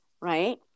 right